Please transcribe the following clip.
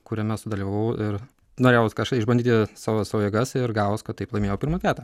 kuriame sudalyvavau ir norėjau kažką išbandyti savo savo jėgas ir gavos kad taip laimėjau pirmą vietą